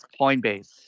Coinbase